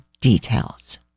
details